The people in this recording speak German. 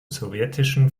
sowjetischen